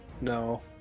No